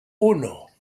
uno